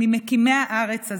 ממקימי הארץ הזאת,